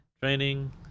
training